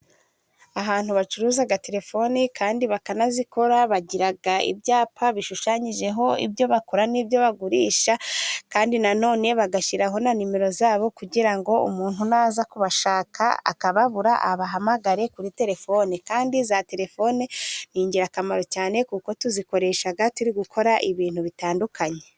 Ahantu bacuruza telefoni kandi bakanazikora, bagira ibyapa bishushanyijeho ibyo bakora n'ibyo bagurisha, kandi nanone bagashyiraho na nimero zabo, kugira ngo umuntu naza kubashaka akababura abahamagare kuri telefoni. Kandi za terefone ni ingirakamaro cyane kuko tuzikoresha turi gukora ibintu bitandukanye.